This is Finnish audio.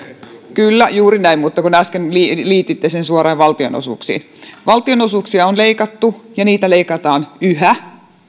kyllä juuri näin mutta äsken liititte sen suoraan valtionosuuksiin valtionosuuksia on leikattu ja niitä leikataan yhä